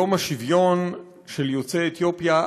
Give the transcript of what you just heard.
יום השוויון של יוצאי אתיופיה,